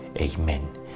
Amen